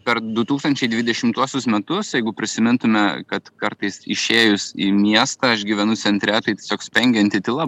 per du tūkstančiai dvidešimtuosius metus jeigu prisimintume kad kartais išėjus į miestą aš gyvenu centre tai tiesiog spengianti tyla